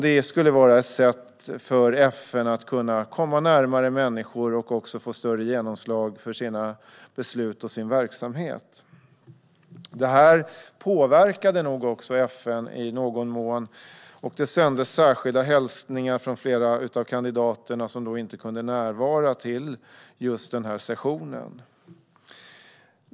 Det skulle vara ett sätt för FN att kunna komma närmare människor och också få större genomslag för sina beslut och sin verksamhet. Detta påverkade nog också FN i någon mån, och det sändes särskilda hälsningar från flera av kandidaterna som då inte kunde närvara vid just denna session.